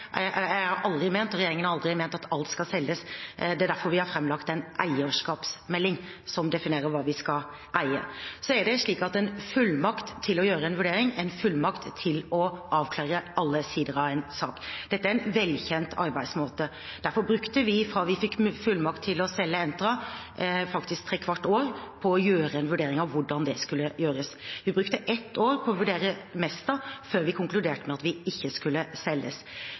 Jeg har aldri ment og regjeringen har aldri ment at alt skal selges, det er derfor vi har framlagt en eierskapsmelding, som definerer hva vi skal eie. Så er det slik at en fullmakt til å gjøre en vurdering er en fullmakt til å avklare alle sider av en sak. Dette er en velkjent arbeidsmåte. Derfor brukte vi fra vi fikk fullmakt til å selge Entra, faktisk trekvart år på å gjøre en vurdering av hvordan det skulle gjøres. Vi brukte ett år på å vurdere Mesta før vi konkluderte med at vi ikke skulle